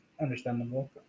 Understandable